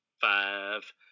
five